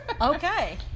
Okay